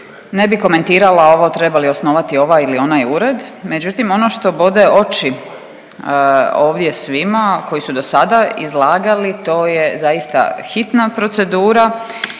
ne bi komentirala ovo treba li osnovati ovaj ili onaj ured, međutim ono što bode oči ovdje svima koji su dosada izlagali to je zaista hitna procedura